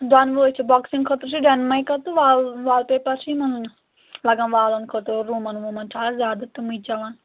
دۄنوے چھِ بۄکسِنٛگ خٲطرٕ چھِ ڈٮ۪ن مایکَا تہٕ وال وال پیپَر چھِ یِمَن لگان والَن خٲطرٕ روٗمَن ووٗمَن چھِ آز زیادٕ تِمٕے چلان